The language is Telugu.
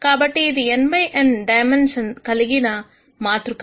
కాబట్టి ఇది n బై n డైమెన్షన్ కలిగిన మాతృక